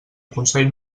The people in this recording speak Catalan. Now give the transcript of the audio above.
consell